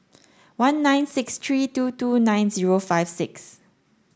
one nine six three two two nine zero five six